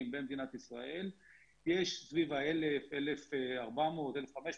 במדינת ישראל יש סביב ה-1,000 ,1,400 ,1500,